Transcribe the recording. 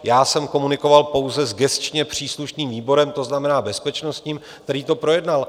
Já jsem komunikoval pouze s gesčně příslušným výborem, to znamená bezpečnostním, který to projednal.